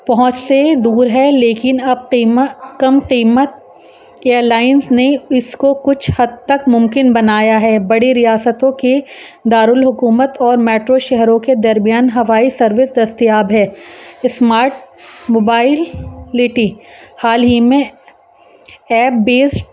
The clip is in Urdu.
پہنچ سے دور ہے لیکن اب قم کم قیمت ایئر لائنس نے اس کو کچھ حد تک ممکن بنایا ہے بڑی ریاستوں کے دارالحکومت اور میٹرو شہروں کے درمیان ہوائی سروس دستیاب ہے اسمارٹ موبائلٹی حال ہی میں ایپ بیسڈ